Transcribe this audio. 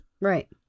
Right